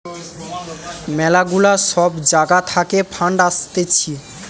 ম্যালা গুলা সব জাগা থাকে ফান্ড আসতিছে